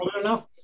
enough